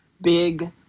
big